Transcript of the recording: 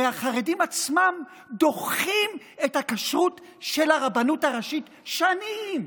הרי החרדים עצמם דוחים את הכשרות של הרבנות הראשית שנים.